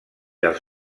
els